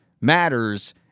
matters